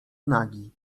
nagi